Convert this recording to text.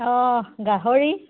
অঁ গাহৰি